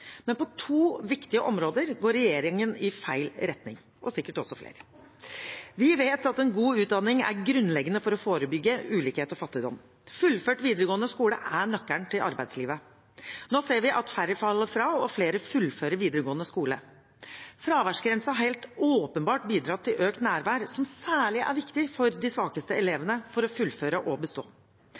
men på to viktige områder går regjeringen i feil retning – og sikkert også flere. Vi vet at en god utdanning er grunnleggende for å forebygge ulikhet og fattigdom. Fullført videregående skole er nøkkelen til arbeidslivet. Nå ser vi at færre faller fra, og at flere fullfører videregående skole. Fraværsgrensen har helt åpenbart bidratt til økt nærvær, som særlig er viktig for de svakeste elevene for å fullføre og bestå.